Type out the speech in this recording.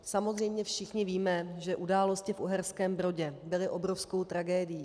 Samozřejmě všichni víme, že události v Uherském Brodě byly obrovskou tragédií.